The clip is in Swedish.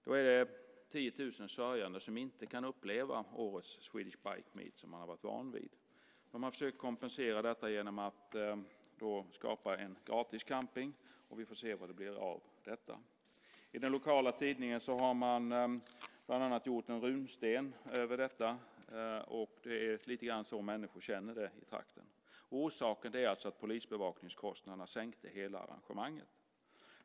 Då är det 10 000 sörjande som inte kan uppleva årets Swedish Bikemeet, som de har varit vana vid. Man försöker kompensera detta genom att erbjuda gratis camping, och vi får se vad det blir av detta. I den lokala tidningen har man bland annat gjort en runsten över detta. Det är lite grann så människor i trakten känner det. Orsaken är alltså att polisbevakningskostnaderna sänkte hela arrangemanget.